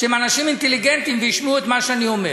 שהם אנשים אינטליגנטים וישמעו את מה שאני אומר.